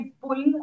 pull